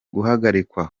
guhagarikwa